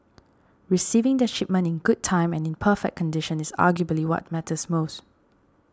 receiving their shipment in good time and in perfect condition is arguably what matters most